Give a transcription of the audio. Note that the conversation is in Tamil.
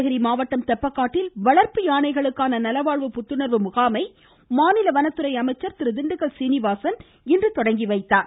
நீலகிரி மாவட்டம் தெப்பக்காட்டில் வளர்ப்பு யானைகளுக்கான நலவாழ்வு புத்துணர்வு முகாமை மாநில வனத்துறை அமைச்சர் திரு திண்டுக்கல் சீனிவாசன் இன்று தொடங்கி வைத்தார்